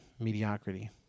mediocrity